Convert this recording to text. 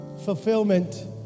Fulfillment